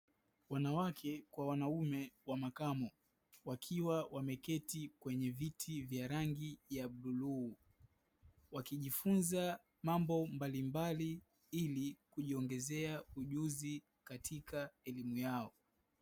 Wanawake kwa wanaume wa makamo wakiwa wameketi kwenye viti vyenye rangi ya bluu, wakijifunza mambo mbalimbali ili kujiongezea ujuzi katika elimu yao.